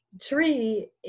tree